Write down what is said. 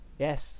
yes